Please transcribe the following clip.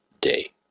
day